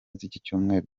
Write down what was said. z’icyumweru